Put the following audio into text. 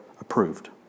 approved